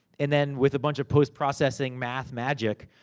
and then, with a bunch of post processing math magic,